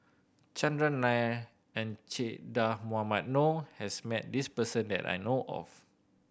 Chandran Nair and Che Dah Mohamed Noor has met this person that I know of